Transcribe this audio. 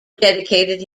dedicated